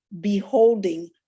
beholding